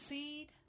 Seed